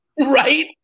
right